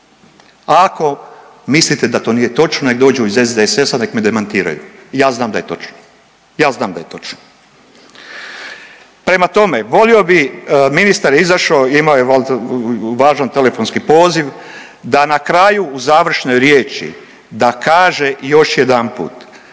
Ako mislite da to nije točno nek dođu iz SDSS-a i nek me demantiraju, ja znam da je točno, ja znam da je točno. Prema tome, volio bi, ministar je izašao, imao je valjda važan telefonski poziv, da na kraju u završnoj riječi da kaže još jedanput